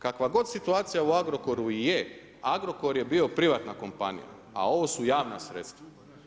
Kakva god situacija u Agrokoru i je, Agrokor je bio privatna kompanija, a ovo su javna sredstva.